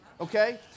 Okay